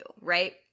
right